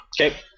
Okay